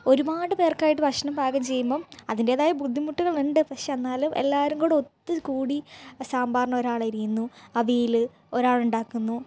ഒരുപാട് പേർക്കായിട്ട് ഭക്ഷണം പാകം ചെയ്യുമ്പം അതിൻ്റെതായ ബുദ്ധിമുട്ടുകൾ ഉണ്ട് പക്ഷേ എന്നാലും എല്ലാവരും കൂടെ ഒത്തു കൂടി സാമ്പാറിന് ഒരാൾ അരിയുന്നു അവിയൽ ഒരാൾ ഉണ്ടാക്കുന്നു